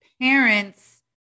parents